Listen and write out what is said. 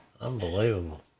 Unbelievable